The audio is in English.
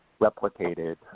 replicated